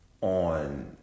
on